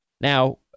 Now